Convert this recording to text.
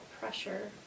pressure